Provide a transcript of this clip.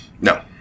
No